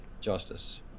justice